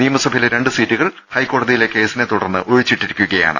നിയ മസഭയിലെ രണ്ട് സീറ്റുകൾ ഹൈക്കോടതിയിലെ കേസിനെ തുടർന്ന് ഒഴിച്ചിട്ടിരിക്കയാണ്